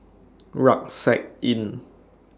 Rucksack Inn